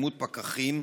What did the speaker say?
פקחים,